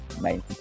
main